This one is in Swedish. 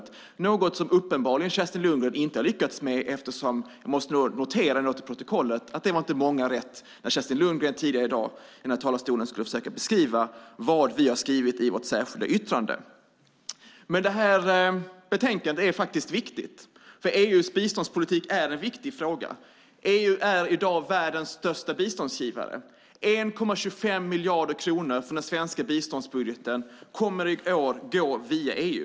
Det är något som Kerstin Lundgren uppenbarligen inte har lyckats med, eftersom - jag måste ändå få det noterat i protokollet - det inte var många rätt när Kerstin Lundgren tidigare i dag, i den här talarstolen, skulle försöka beskriva vad vi har skrivit i vårt särskilda yttrande. Men det här utlåtandet är faktiskt viktigt, för EU:s biståndspolitik är en viktig fråga. EU är i dag världens största biståndsgivare. 1,25 miljarder kronor från den svenska biståndsbudgeten kommer i år att gå via EU.